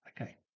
Okay